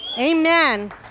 Amen